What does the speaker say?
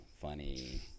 funny